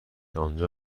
آنجا